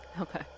Okay